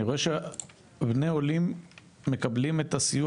אני רואה שבני עולים מקבלים את הסיוע